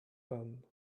done